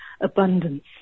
abundance